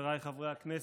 חבריי חברי הכנסת,